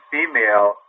Female